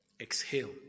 exhale